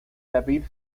david